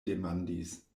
demandis